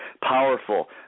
Powerful